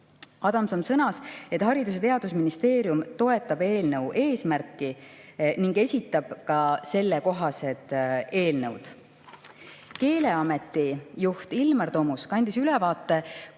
Adamson sõnas, et Haridus‑ ja Teadusministeerium toetab eelnõu eesmärki ning esitab ka sellekohased eelnõud. Keeleameti juht Ilmar Tomusk andis ülevaate, kuidas